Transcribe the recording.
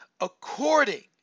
according